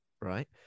right